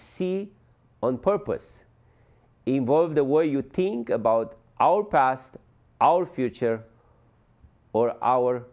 see on purpose involve the were you think about our past our future or our